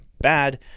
bad